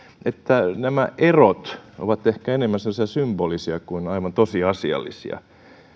että nämä erot ovat ehkä enemmän semmoisia symbolisia kuin aivan tosiasiallisia